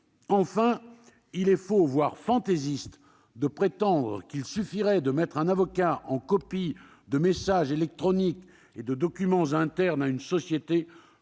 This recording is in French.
Enfin, il est faux, voire fantaisiste, de prétendre qu'il suffirait de mettre un avocat en copie de messages électroniques et de documents internes à une société